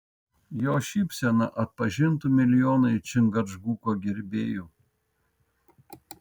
jos šypseną atpažintų milijonai čingačguko gerbėjų